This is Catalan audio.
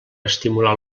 estimular